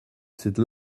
cette